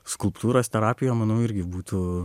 skulptūras terapija manau irgi būtų